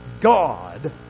God